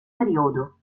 periodo